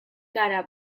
gara